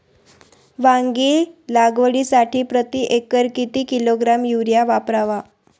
वांगी लागवडीसाठी प्रती एकर किती किलोग्रॅम युरिया वापरावा?